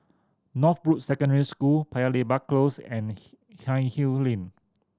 Northbrooks Secondary School Paya Lebar Close and Lane